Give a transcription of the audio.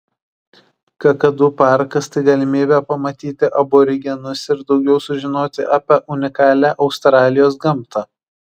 kakadu parkas tai galimybė pamatyti aborigenus ir daugiau sužinoti apie unikalią australijos gamtą